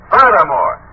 Furthermore